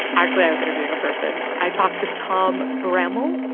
actually, i was interviewing a person. i talked to tom bramell.